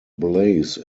blaze